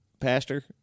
pastor